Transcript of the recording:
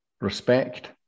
respect